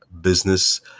business